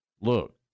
look